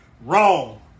Wrong